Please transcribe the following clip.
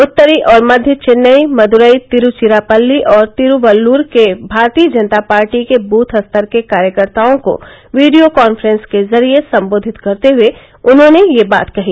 उत्तरी और मध्य चेन्नई मदुरई तिरूविरापल्ली और तिरूवल्लुर के भारतीय जनता पार्टी के दूथ स्तर के कार्यकर्ताओं को वीडियो काफ्रेंस के जरिये संबोधित करते हुए उन्होंने यह बात कही